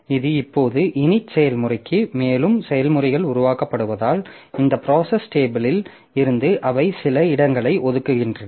இது இப்போது init செயல்முறைக்கு மேலும் செயல்முறைகள் உருவாக்கப்படுவதால் இந்த ப்ராசஸ் டேபிளில் இருந்து அவை சில இடங்களை ஒதுக்குகின்றன